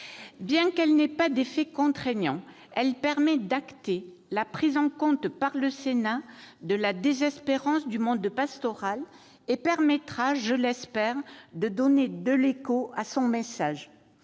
Bien qu'elle n'ait pas d'effet contraignant, elle permet d'acter la prise en compte par le Sénat de la désespérance du monde pastoral et permettra, je l'espère, de donner de l'écho à son message.